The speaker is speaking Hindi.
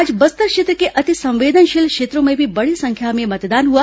आज बस्तर क्षेत्र के अति संवेदनशील क्षेत्रों में भी बड़ी संख्या में मतदान हुआ